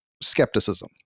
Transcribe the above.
skepticism